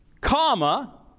comma